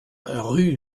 rue